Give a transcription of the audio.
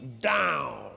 down